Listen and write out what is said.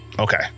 Okay